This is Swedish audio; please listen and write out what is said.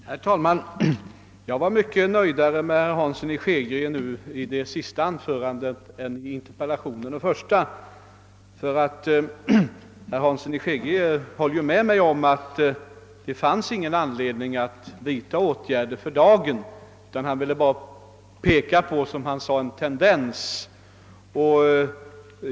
Herr talman! Jag var mycket mera nöjd med herr Hanssons senaste anförande än vad jag var med interpellationen och det första anförandet. Herr Hansson håller ju med mig om att det för dagen inte finns anledning att vidta åtgärder, utan han ville bara, som han sade, peka på en tendens.